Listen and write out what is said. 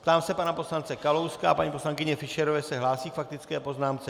Ptám se pana poslance Kalouska a paní poslankyně Fischerové, jestli se hlásí k faktické poznámce.